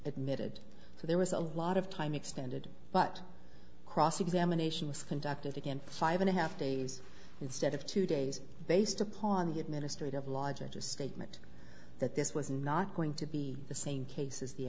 admitted so there was a lot of time expended but cross examination was conducted again five and a half days instead of two days based upon the administrative law judge a statement that this was not going to be the same case as the